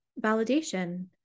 validation